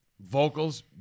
Vocals